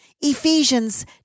Ephesians